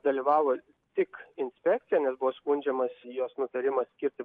dalyvavo tik inspekcija nes buvo skundžiamas jos nutarimas skirti